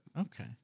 Okay